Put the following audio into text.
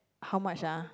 how much ah